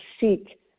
seek